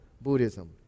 Buddhism